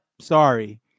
sorry